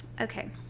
Okay